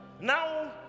Now